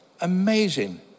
Amazing